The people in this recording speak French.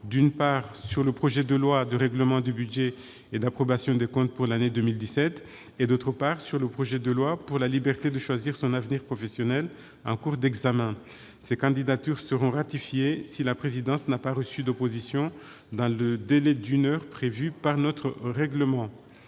d'une part, sur le projet de loi de règlement du budget et d'approbation des comptes pour l'année 2017, et, d'autre part, sur le projet de loi pour la liberté de choisir son avenir professionnel en cours d'examen. Ces candidatures seront ratifiées si la présidence n'a pas reçu d'opposition dans le délai d'une heure prévu par notre règlement.